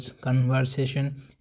Conversation